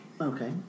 Okay